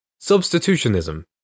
Substitutionism